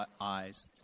eyes